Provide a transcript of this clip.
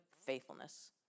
faithfulness